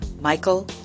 Michael